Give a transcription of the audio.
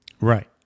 Right